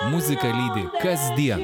muzika lydi kasdien